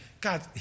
God